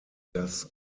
das